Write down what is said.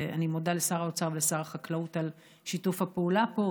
ואני מודה לשר האוצר ולשר החקלאות על שיתוף הפעולה פה,